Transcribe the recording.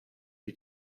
die